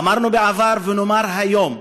אמרנו בעבר ונאמר היום,